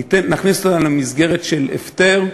נכניס אותם למסגרת של הפטר,